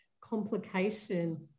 complication